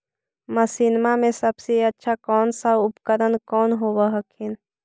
मसिनमा मे सबसे अच्छा कौन सा उपकरण कौन होब हखिन?